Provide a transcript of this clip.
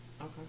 Okay